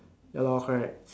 ya lor correct